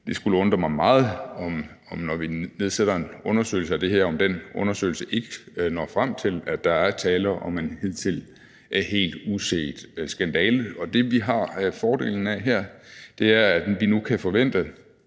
det skulle undre mig meget, når vi nedsætter en undersøgelse af det her, om den undersøgelse ikke når frem til, at der er tale om en hidtil helt uset skandale. Og det, som vi har fordelen af her, er, at vi nu kan forvente,